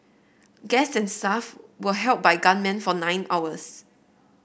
guest and staff were held by gunmen for nine hours